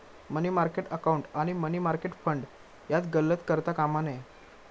मनी market account आणि money market fund यात गल्लत करता कामा नये